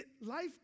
life